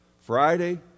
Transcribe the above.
Friday